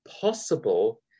possible